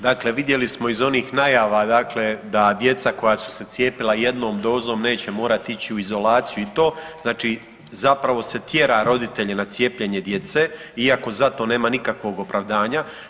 Dakle, vidjeli smo iz onih najava dakle da djeca koja su se cijepila jednom dozom neće morati ići u izolaciju i to, znači zapravo se tjera roditelje na cijepljenje djece iako za to nema nikakvog opravdanja.